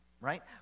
right